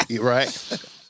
Right